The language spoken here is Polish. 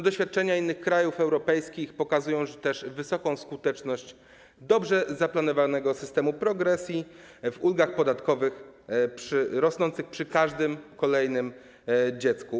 Doświadczenia innych krajów europejskich pokazują wysoką skuteczność dobrze zaplanowanego systemu progresji w ulgach podatkowych - rosnących przy każdym kolejnym dziecku.